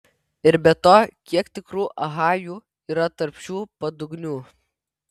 ir be to kiek tikrų achajų yra tarp šių padugnių